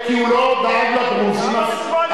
כי אנחנו לא ברמת המחירים של אירופה.